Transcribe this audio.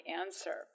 answer